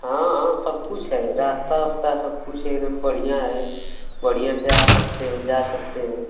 हाँ हाँ सब कुछ है रास्ता ओस्ता सब कुछ है एक दम बढ़िया है बढ़िया से आ सकते हैं जा सकते हैं